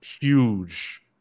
huge